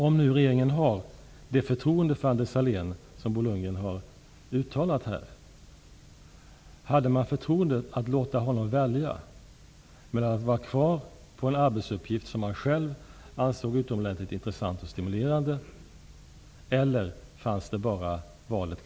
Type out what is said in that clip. Om nu regeringen har det förtroende för Anders Sahlén som Bo Lundgren har uttalat, undrar jag om man också hade förtroendet att låta honom välja mellan att vara kvar på en arbetsuppgift som han själv ansåg utomordentligt intressant och stimulerande och ta det som erbjöds.